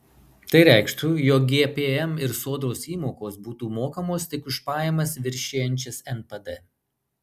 tai reikštų jog gpm ir sodros įmokos būtų mokamos tik už pajamas viršijančias npd